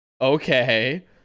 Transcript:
Okay